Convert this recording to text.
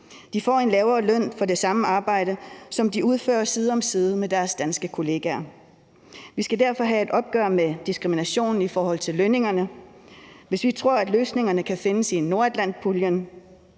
De får en lavere løn for det samme arbejde, som de udfører side om side med deres danske kollegaer. Vi skal derfor have et opgør med diskriminationen i forhold til lønningerne. Hvis vi tror, at løsningerne kan findes i nordatlantpuljen,